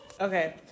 Okay